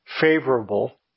favorable